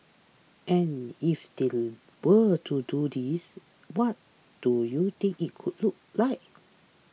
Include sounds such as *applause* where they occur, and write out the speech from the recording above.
and if they *noise* were to do this what do you think it could look like